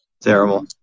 Terrible